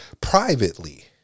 privately